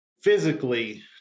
physically